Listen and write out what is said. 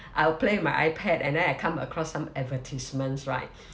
I'll play my ipad and then I come across some advertisements right